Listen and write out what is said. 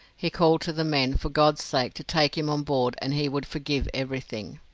he called to the men for god's sake to take him on board and he would forgive everything.